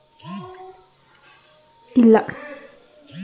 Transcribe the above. ಪ್ರಧಾನ ಮಂತ್ರಿ ಉಜ್ವಲ ಯೋಜನೆಯು ಸುಮಾರು ಒಂದ್ ಲಕ್ಷ ಜನರಿಗೆ ಉದ್ಯೋಗವನ್ನು ನೀಡಯ್ತೆ